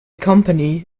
company